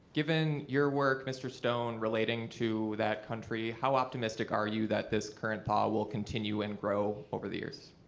given your work, mr. stone, relating to that country, how optimistic are you that this current thaw will continue and grow over the years?